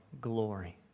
glory